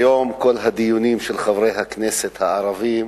היום כל הדיונים של חברי הכנסת הערבים